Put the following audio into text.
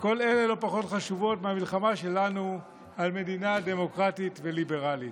כל אלה לא פחות חשובות מהמלחמה שלנו על מדינה דמוקרטית וליברלית.